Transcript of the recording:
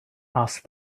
asked